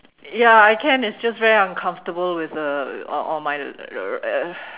ya I can it's just very uncomfortable with the uh on my r~ uh